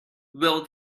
will